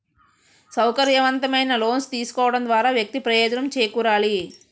సౌకర్యవంతమైన లోన్స్ తీసుకోవడం ద్వారా వ్యక్తి ప్రయోజనం చేకూరాలి